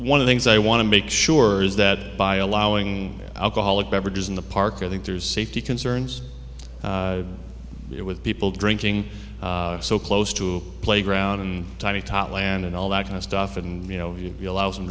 one of things i want to make sure is that by allowing alcoholic beverages in the park i think there's safety concerns with people drinking so close to playground and tiny tot land and all that kind of stuff and you know you'd be allows